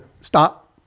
stop